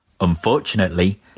Unfortunately